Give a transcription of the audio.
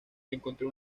encontró